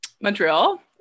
Montreal